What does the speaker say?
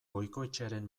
goikoetxearen